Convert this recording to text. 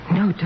no